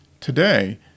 Today